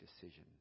decision